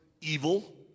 evil